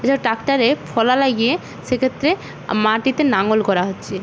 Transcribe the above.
এসব ট্র্যাক্টরে ফলা লাগিয়ে সেক্ষেত্রে মাটিতে লাঙল করা হচ্ছে